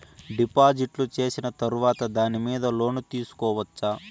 డిపాజిట్లు సేసిన తర్వాత దాని మీద లోను తీసుకోవచ్చా?